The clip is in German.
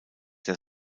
der